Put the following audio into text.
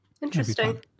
Interesting